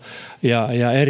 ja ja